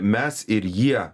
mes ir jie